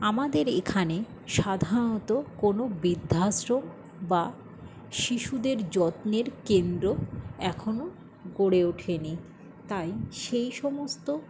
আমাদের এখানে সাধারণত কোনো বৃদ্ধাশ্রম বা শিশুদের যত্নের কেন্দ্র এখনো গড়ে ওঠে নি তাই সেই সমস্ত